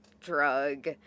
drug